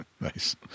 Nice